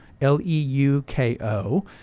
L-E-U-K-O